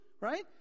Right